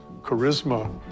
charisma